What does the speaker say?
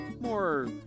more